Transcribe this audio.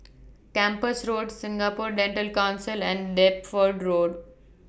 Kempas Road Singapore Dental Council and Deptford Road